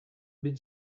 been